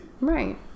Right